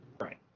Right